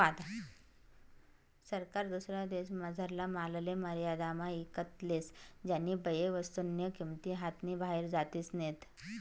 सरकार दुसरा देशमझारला मालले मर्यादामा ईकत लेस ज्यानीबये वस्तूस्न्या किंमती हातनी बाहेर जातीस नैत